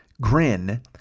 grin